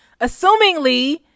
assumingly